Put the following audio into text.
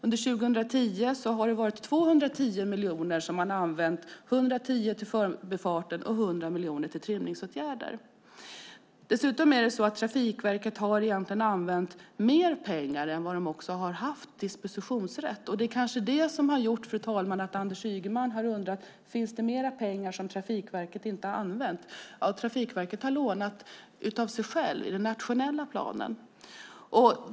Under 2010 har det varit 210 miljoner kronor som man har använt - 110 miljoner kronor till Förbifarten och 100 miljoner kronor till trimningsåtgärder. Dessutom har Trafikverket egentligen använt mer pengar än de har haft dispositionsrätt för. Det kanske är det som har gjort att Anders Ygeman har undrat om det finns mer pengar som Trafikverket inte har använt. Trafikverket har lånat av sig självt i den nationella planen.